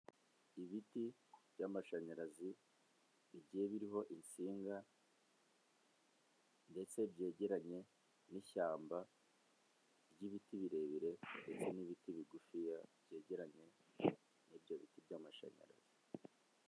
Ibiti by'amashanyarazi igihe biriho ibisinga ndetse byegeranye n'ishyamba ry'ibiti birebire ndetse n'ibiti bigufi byegeranye n'ibyo biti by'amashanyarazi.